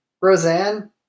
Roseanne